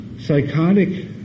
Psychotic